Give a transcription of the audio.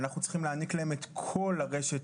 אנחנו צריכים להעניק להם את כל הרשת,